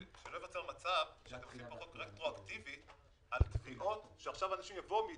שלא ייווצר מצב שילכו רטרואקטיבי על תביעות ועכשיו אנשים יבואו .